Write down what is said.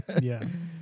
Yes